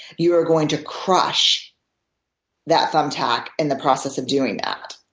you are going to crush that thumbtack in the process of doing that.